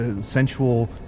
sensual